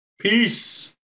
peace